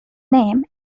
name